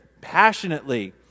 passionately